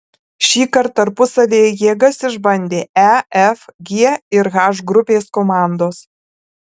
šįkart tarpusavyje jėgas išbandė e f g ir h grupės komandos